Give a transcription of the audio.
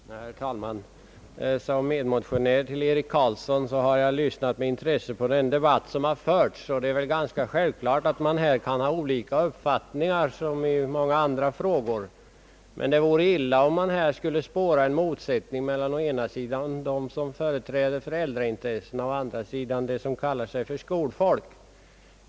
Herr talman! Som medmotionär till Eric Carlsson har jag med intresse lyssnat till den debatt som här har förts. Det är självklart att man kan ha olika uppfattningar i denna som i många andra frågor, men det vore illa om man här skulle spåra en motsättning mellan å ena sidan dem som företräder föräldraintressena och å andra sidan dem som kallar sig för skolfolk.